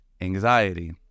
anxiety